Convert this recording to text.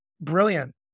brilliant